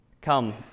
Come